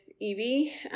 Evie